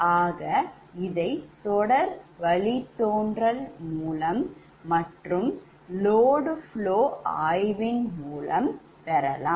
ஆக இதை தொடற் வழித்தோன்றல் மற்றும் load flow studies மூலம் பெறலாம்